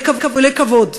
לכבוד,